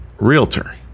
realtor